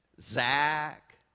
Zach